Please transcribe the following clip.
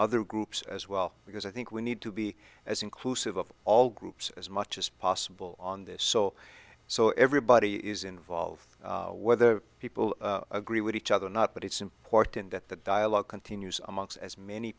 other groups as well because i think we need to be as inclusive of all groups as much as possible on this so so everybody is involved whether people agree with each other or not but it's important that that dialogue continues amongst as many